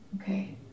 Okay